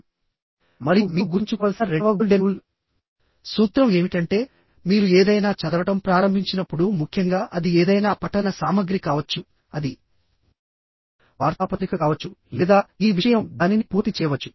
మరియు మీరు గుర్తుంచుకోవలసిన రెండవ గోల్డెన్ రూల్ సూత్రం ఏమిటంటే మీరు ఏదైనా చదవడం ప్రారంభించినప్పుడు ముఖ్యంగా అది ఏదైనా పఠన సామగ్రి కావచ్చు అది వార్తాపత్రిక కావచ్చు లేదా ఈ విషయం దానిని పూర్తి చేయవచ్చు